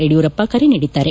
ಯಡಿಯೂರಪ್ಪ ಕರೆ ನೀಡಿದ್ದಾರೆ